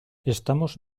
estamos